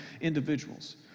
individuals